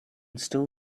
still